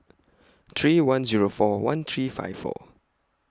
three one Zero four one three five four